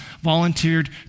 volunteered